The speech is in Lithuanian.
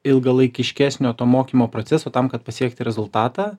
ilgalaikiškesnio to mokymo proceso tam kad pasiekti rezultatą